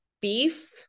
beef